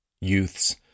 youths